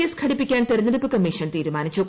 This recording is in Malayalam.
എസ് ഘടിപ്പിക്കാൻ തെരഞ്ഞെടുപ്പ് കമ്മീഷൻ തീരുമാനിച്ചു